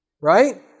right